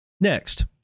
Next